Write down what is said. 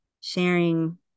sharing